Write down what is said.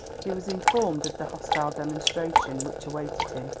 he was informed of the hostile demonstration which awaited him,